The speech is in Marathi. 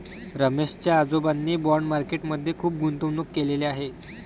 रमेश च्या आजोबांनी बाँड मार्केट मध्ये खुप गुंतवणूक केलेले आहे